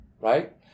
right